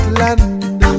land